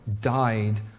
died